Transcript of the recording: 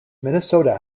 minnesota